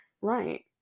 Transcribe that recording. Right